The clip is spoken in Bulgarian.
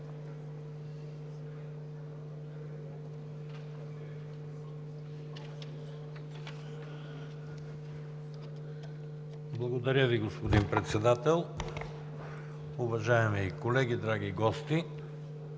Благодаря Ви, господин Председател. Уважаеми колеги, драги гости!